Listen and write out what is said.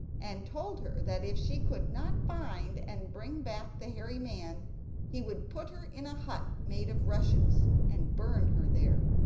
and told her that if she could not find and bring back the hairy man he would put her in a hut made of rushes and burn her there.